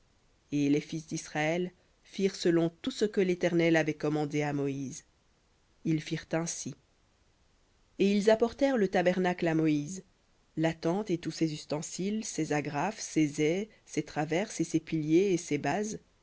et les fils d'israël firent selon tout ce que l'éternel avait commandé à moïse ils firent ainsi et ils apportèrent le tabernacle à moïse la tente et tous ses ustensiles ses agrafes ses ais ses traverses et ses piliers et ses bases